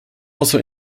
also